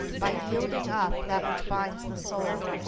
by yielding up that which binds the soul,